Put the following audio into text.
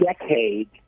decade